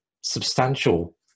substantial